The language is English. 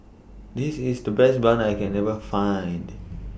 This IS The Best Bun that I Can never Find